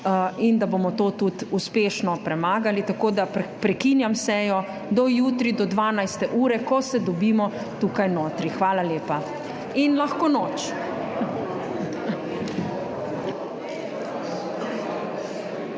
in da bomo to tudi uspešno premagali. Prekinjam sejo do jutri do 12. ure, ko se dobimo tukaj notri. Hvala lepa in lahko noč.